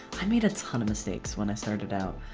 i made a ton of mistakes when i started out.